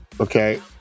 Okay